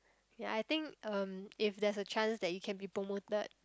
ya I think um if there's a chance that you can be promoted